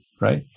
right